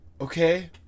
Okay